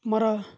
ಮರ